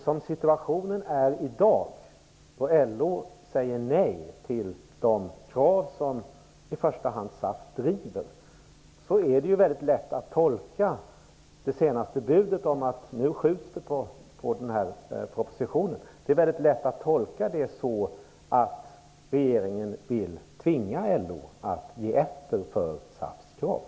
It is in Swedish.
Som situationen är i dag - LO säger ju nej till de krav som i första hand SAF driver - är det lätt att tolka det senaste budet om att det nu skjuts på propositionen på det viset att regeringen vill tvinga LO att ge efter för SAF:s krav.